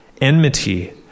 Enmity